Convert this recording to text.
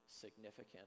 significant